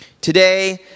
Today